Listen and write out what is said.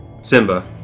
Simba